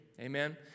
Amen